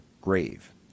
grave